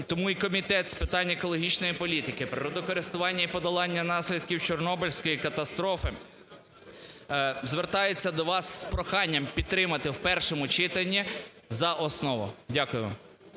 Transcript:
тому і Комітет з питань екологічної політики природокористування і подолання наслідків Чорнобильської катастрофи звертається до вас з проханням підтримати в першому читанні за основу. Дяку